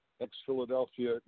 ex-Philadelphia